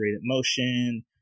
motion